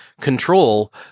control